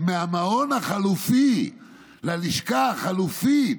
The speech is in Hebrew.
מהמעון החלופי ללשכה החלופית"